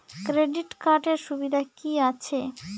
Credit কার্ডের সুবিধা কি আছে?